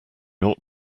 ought